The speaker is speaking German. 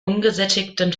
ungesättigten